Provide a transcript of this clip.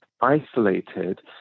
isolated